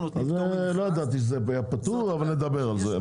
אז לא ידעתי שזה היה פטור, אבל נדבר על זה.